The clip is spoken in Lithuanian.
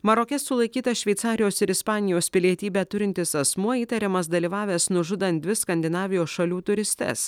maroke sulaikytas šveicarijos ir ispanijos pilietybę turintis asmuo įtariamas dalyvavęs nužudant dvi skandinavijos šalių turistes